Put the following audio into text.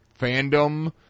fandom